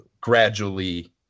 gradually